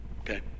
Okay